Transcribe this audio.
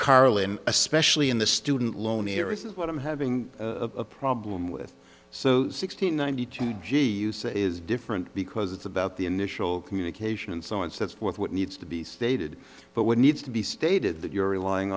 carlin especially in the student loan areas is what i'm having a problem with so sixty ninety two g is different because it's about the initial communication and so it's that's what needs to be stated but what needs to be stated that you're relying